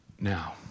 Now